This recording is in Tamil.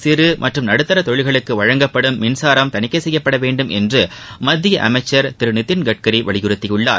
சிறு மற்றும் நடுத்தர தொழில்களுக்கு வழங்கப்படும் மின்சாரம் தணிக்கை செய்யப்பட வேண்டும் என்று மத்திய அமைச்சர் திரு நிதின் கட்காரி வலியுறுத்தியுள்ளார்